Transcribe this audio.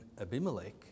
Abimelech